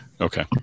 okay